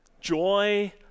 Joy